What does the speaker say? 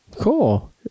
cool